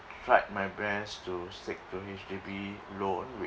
tried my best to stick to H_D_B loan